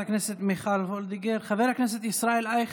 היית